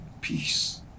peace